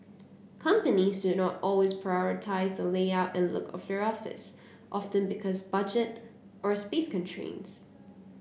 companies do not always prioritise the layout and look of their office often because of budget or space constraints